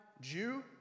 Jew